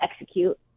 execute